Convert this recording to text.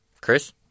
Chris